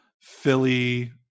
Philly